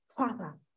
Father